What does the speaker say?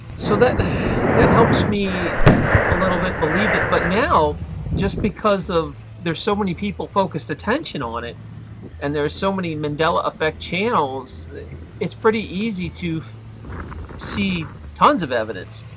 so that that helps me a little bit believe it, but now just because of their so many people focused attention on it and there's so many mandela effect channels it's pretty easy to see tons of evidence.